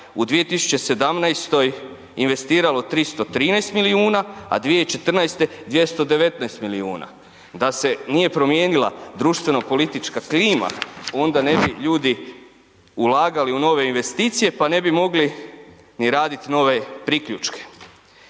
u 2017. investiralo 313 milijuna, a 2014. 219 milijuna, da se nije promijenila društveno politička klima onda ne bi ljudi ulagali u nove investicije pa ne bi mogli ni raditi nove priključke.